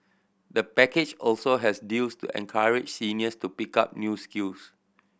the package also has deals to encourage seniors to pick up new skills